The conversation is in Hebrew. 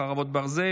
חרבות ברזל),